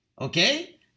Okay